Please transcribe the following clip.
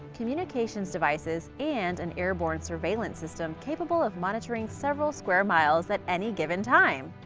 communications devices, and an airborne surveillance system capable of monitoring several square miles at any given time.